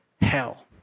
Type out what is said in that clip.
hell